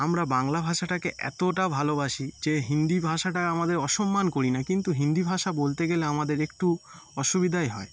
আমরা বাংলা ভাষাটাকে এতটা ভালবাসি যে হিন্দি ভাষাটায় আমাদের অসম্মান করি না কিন্তু হিন্দি ভাষা বলতে গেলে আমাদের একটু অসুবিধাই হয়